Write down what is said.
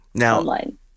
online